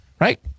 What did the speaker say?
Right